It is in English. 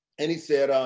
and he said,